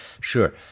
Sure